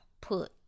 put